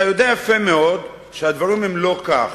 אתה יודע יפה מאוד שהדברים הם לא כך.